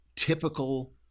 typical